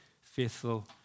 faithful